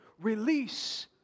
release